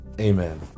Amen